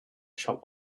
shop